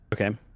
Okay